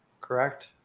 correct